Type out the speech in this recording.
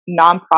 nonprofit